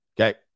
Okay